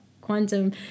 quantum